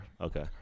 Okay